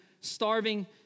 starving